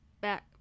back